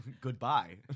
Goodbye